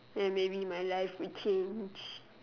then maybe my life would change